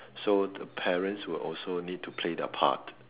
so the parents will also need to play their part